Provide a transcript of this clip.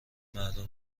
مردم